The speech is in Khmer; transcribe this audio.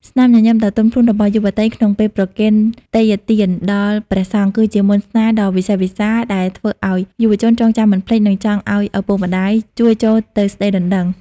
ស្នាមញញឹមដ៏ទន់ភ្លន់របស់យុវតីក្នុងពេលប្រគេនទេយ្យទានដល់ព្រះសង្ឃ គឺជាមន្តស្នេហ៍ដ៏វិសេសវិសាល ដែលធ្វើឱ្យយុវជនចងចាំមិនភ្លេច និងចង់ឱ្យឪពុកម្ដាយជួយចូលទៅស្ដីដណ្ដឹង។